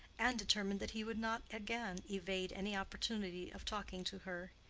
and determined that he would not again evade any opportunity of talking to her.